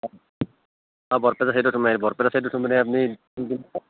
অঁ বৰপেটা চাইডত সোমায় আহিব বৰপেটা চাইডটো সোমায় আপুনি